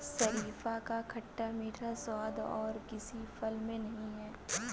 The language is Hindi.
शरीफा का खट्टा मीठा स्वाद और किसी फल में नही है